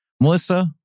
Melissa